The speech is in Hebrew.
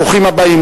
ברוכים הבאים.